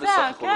כן.